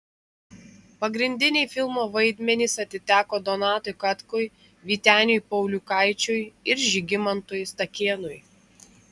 pagrindiniai filmo vaidmenys atiteko donatui katkui vyteniui pauliukaičiui ir žygimantui stakėnui